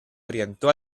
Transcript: orientó